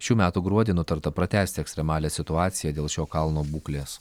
šių metų gruodį nutarta pratęsti ekstremalią situaciją dėl šio kalno būklės